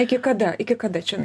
iki kada iki kada čionai